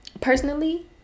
personally